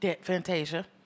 Fantasia